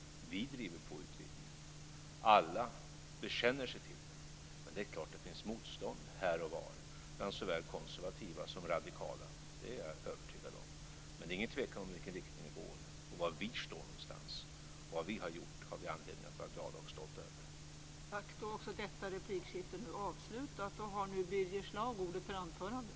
Vi driver på utvidgningen. Alla bekänner sig till den, men det är klart att det finns motstånd här och var bland såväl konservativa som radikala. Det är jag övertygad om. Men det är ingen tvekan om i vilken riktning vi går och var vi står någonstans. Vad vi har gjort har vi anledning att vara glada och stolta över.